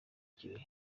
kirehe